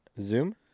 Zoom